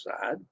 side